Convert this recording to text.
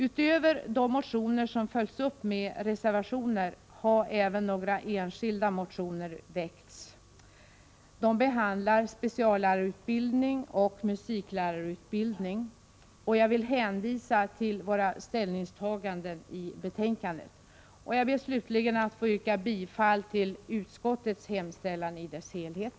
Utöver de motioner som följts upp med reservationer har även några enskilda motioner väckts, Dessa handlar om speciallärarutbildning och musiklärarutbildning. Jag vill hänvisa till våra ställningstaganden i betänkandet. Jag ber slutligen att få yrka bifall till utskottets hemställan i dess helhet.